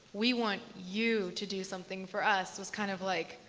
we want you to do something for us, was kind of like,